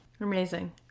Amazing